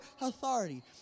authority